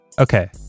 Okay